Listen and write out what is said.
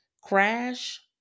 Crash